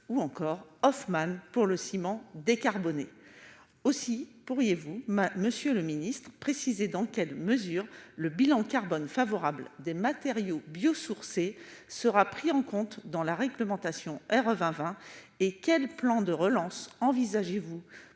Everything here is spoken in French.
ou encore Hoffmann pour le ciment décarbonnées aussi, pourriez-vous, Monsieur le Ministre, préciser dans quelle mesure le bilan carbone favorable des matériaux biosourcés sera pris en compte dans la réglementation revint 20 et quel plan de relance envisagez-vous